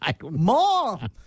Mom